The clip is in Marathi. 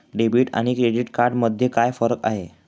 डेबिट आणि क्रेडिट कार्ड मध्ये काय फरक आहे?